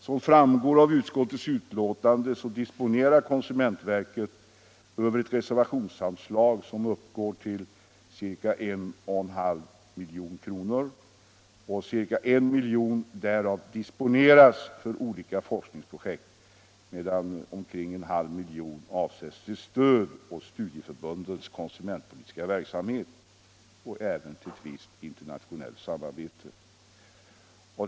Som framgår av utskottsbetänkandet disponerar konsumentverket ett reservationsanslag som uppgår till ca 1,5 milj.kr., och ca 1 milj.kr. därav disponeras för olika forskningsprojekt medan omkring 0,5 milj.kr. avses ge stöd åt studieförbundens konsumentpolitiska verksamhet och även till visst internationellt samarbete.